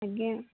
ଆଜ୍ଞା